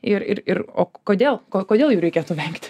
ir ir ir o kodėl ko kodėl jų reikėtų vengti